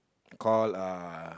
called uh